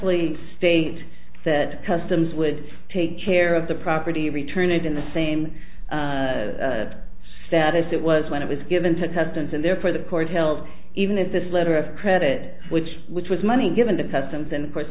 please state that customs would take care of the property return it in the same same status it was when it was given to customs and therefore the court held even if this letter of credit which which was money given to customs and of course